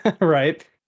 right